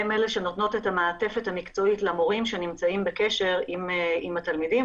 הן אלה שנותנות את המעטפת המקצועית למורים שנמצאים בקשר עם התלמידים,